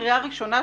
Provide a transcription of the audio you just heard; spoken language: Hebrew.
קריאה ראשונה,